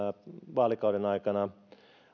vaalikauden aikana